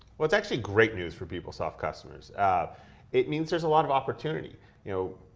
well it's actually great news for peoplesoft customers it means there's a lot of opportunity you know